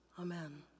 Amen